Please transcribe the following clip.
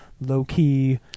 low-key